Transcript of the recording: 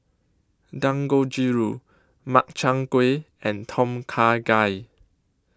Dangojiru Makchang Gui and Tom Kha Gai